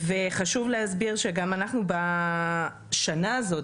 וחשוב להסביר שבשנה הזאת,